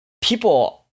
people